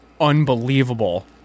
unbelievable